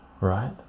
right